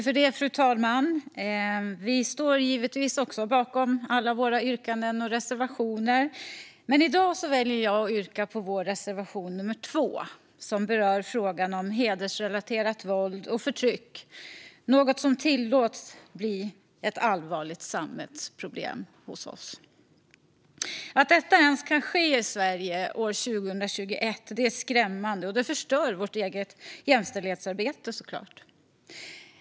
Fru talman! Vi står givetvis bakom alla våra yrkanden och reservationer, men jag väljer att yrka bifall bara till reservation nummer 2, som berör frågan om hedersrelaterat våld och förtryck, något som tillåtits bli ett allvarligt samhällsproblem hos oss. Att detta ens kan ske i Sverige år 2021 är skrämmande, och det förstör såklart vårt jämställdhetsarbete.